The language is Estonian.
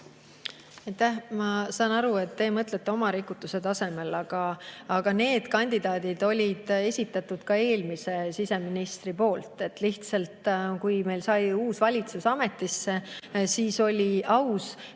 Ma saan aru, et te mõtlete oma rikutuse tasemel. Aga need kandidaadid oli esitanud eelmine siseminister. Ja lihtsalt, kui meil sai uus valitsus ametisse, siis oli aus,